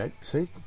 see